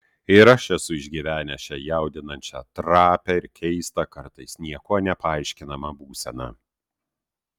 ir aš esu išgyvenęs šią jaudinančią trapią ir keistą kartais niekuo nepaaiškinamą būseną